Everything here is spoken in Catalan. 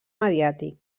mediàtic